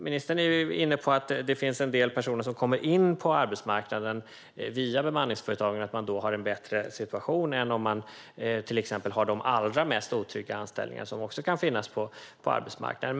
Ministern är inne på att en del personer som kommer in på arbetsmarknaden via bemanningsföretagen har en bättre situation än de som har de allra mest otrygga anställningarna som också kan finnas på arbetsmarknaden.